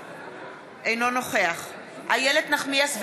אינו נוכח איילת נחמיאס ורבין,